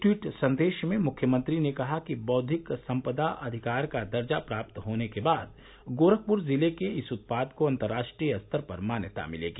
tweet संदेश में मुख्यमंत्री ने कहा कि बौद्विक संपदा अधिकार का दर्जा प्राप्त होने के बाद गोरखपुर जिले के इस उत्पाद को अंतरराष्ट्रीय स्तर पर मान्यता मिलेगी